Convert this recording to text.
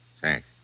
Thanks